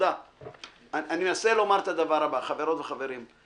חברות וחברים,